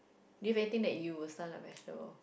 do you have anything that you will stun like vegetable